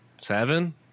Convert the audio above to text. Seven